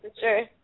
sure